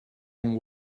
and